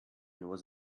was